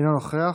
אינו נוכח,